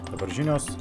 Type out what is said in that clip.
dabar žinios